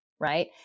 right